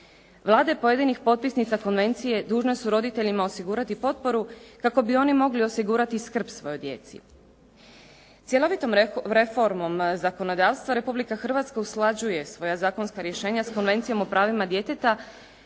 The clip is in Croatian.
Vlade pojedinih potpisnica konvencije dužne su roditeljima osigurati potporu kako bi oni mogli osigurati skrb svojoj djeci. Cjelovitom reformom zakonodavstva Republika Hrvatska usklađuje svoja zakonska rješenja s Konvencijom o pravima djeteta,